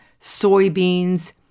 soybeans